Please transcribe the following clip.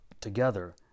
together